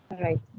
Right